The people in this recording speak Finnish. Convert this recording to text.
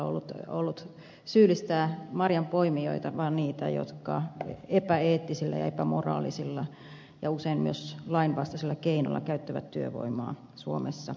nauclerilla ollut syyllistää marjanpoimijoita vaan niitä jotka epäeettisillä ja epämoraalisilla ja usein myös lainvastaisilla keinoilla käyttävät työvoimaa suomessa